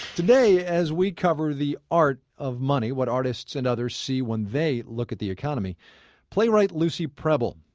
today, as we cover the art of money what artists and others see when they look at the economy playwright lucy prebble.